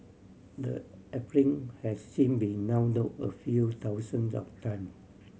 the app in has since been download a few thousands of time